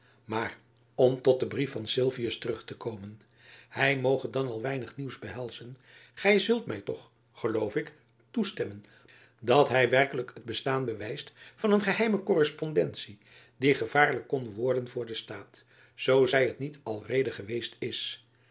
maar om tot den brief van sylvius terug te komen hy moge dan al weinig nieuws behelzen gy zult my toch geloof ik toestemmen dat hy werkejacob van lennep elizabeth musch lijk het bestaan bewijst van een geheime korrespondentie die gevaarlijk kon worden voor den staat zoo zy het niet alreede geweest is